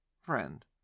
Friend